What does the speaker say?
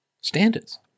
standards